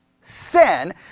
sin